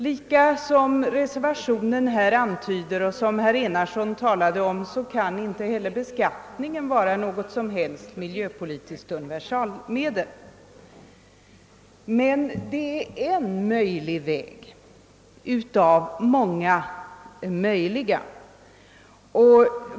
Såsom reservationen antyder och herr Enarsson nämnde kan inte heller beskattningen vara något miljöpolitiskt universalmedel, men det är ett möjligt medel bland många.